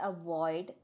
avoid